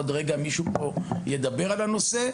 גם מאמין שעוד רגע מישהו נוסף ידבר על זה,